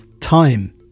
time